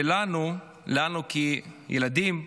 ולנו כילדים,